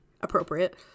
Appropriate